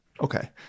Okay